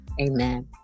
Amen